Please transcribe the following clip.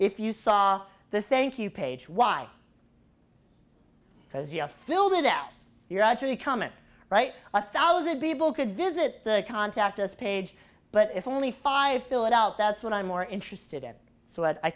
if you saw the thank you page why because you have filled it out you're actually coming right a thousand people could visit the contact us page but if only five fill it out that's what i'm more interested in what i